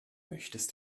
möchtest